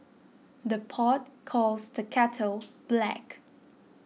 the pot calls the kettle black